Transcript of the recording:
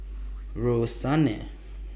Roxane